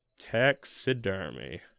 taxidermy